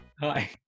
hi